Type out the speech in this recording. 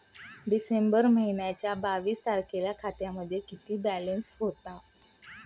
डिसेंबर महिन्याच्या बावीस तारखेला खात्यामध्ये किती बॅलन्स होता?